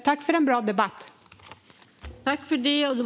Tack för en bra debatt!